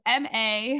MA